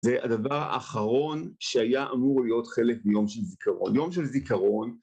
זה הדבר האחרון שהיה אמור להיות חלק מיום של זיכרון. יום של זיכרון